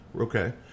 Okay